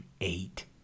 eight